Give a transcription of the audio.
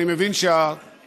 אני מבין שהסוסים